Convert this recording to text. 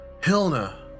Hilna